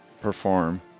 perform